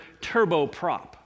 turboprop